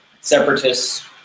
separatists